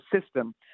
system